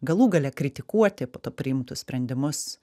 galų gale kritikuoti po to priimtus sprendimus